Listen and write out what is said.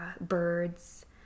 birds